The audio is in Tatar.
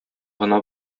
гына